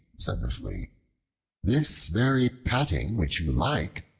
said the flea this very patting which you like,